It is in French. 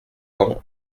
ans